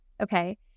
okay